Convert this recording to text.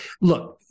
look